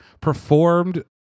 performed